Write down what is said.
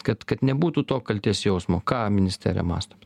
kad kad nebūtų to kaltės jausmo ką ministerija mąsto